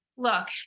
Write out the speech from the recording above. Look